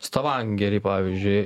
stavangerį pavyzdžiui